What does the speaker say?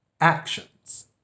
actions